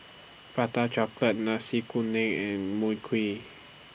Prata Chocolate Nasi Kuning and Mui Kee